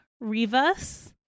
rivas